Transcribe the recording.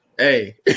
Hey